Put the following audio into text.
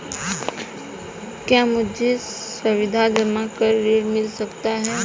क्या मुझे सावधि जमा पर ऋण मिल सकता है?